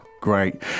Great